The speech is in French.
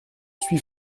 suis